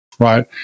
Right